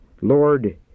Lord